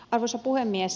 arvoisa puhemies